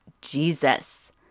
Jesus